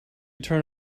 turn